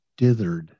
dithered